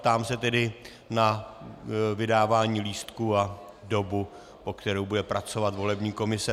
Ptám se tedy na vydávání lístků a dobu, po kterou bude pracovat volební komise.